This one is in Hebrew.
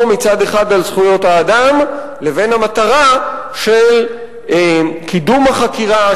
מצד אחד על זכויות האדם לבין המטרה של קידום החקירה,